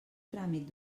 tràmit